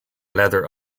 leather